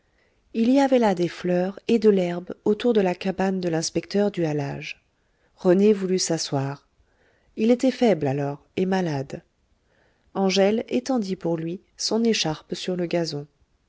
il y avait là des fleurs et de l'herbe autour de la cabane de l'inspecteur du halage rené voulut s'asseoir il était faible alors et malade angèle étendit pour lui son écharpe sur le gazon